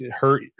hurt